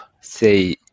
say